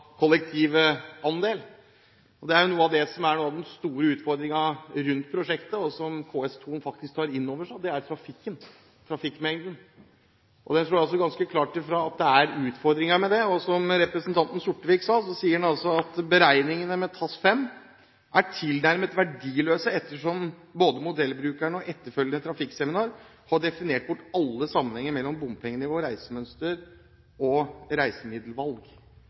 kollektivandel. Det er jo det som er noe av den store utfordringen rundt prosjektet, og som KS2 faktisk tar inn over seg, og det er trafikken og trafikkmengden. Jeg tror også ganske klart at det er utfordringer med det. Som representanten Sortevik sa, at beregningene med TASS 5 er tilnærmet verdiløse ettersom både modellbrukerne og etterfølgende trafikkseminar har definert bort alle sammenhenger mellom bompengenivå, reisemønster og reisemiddelvalg.